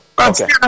Okay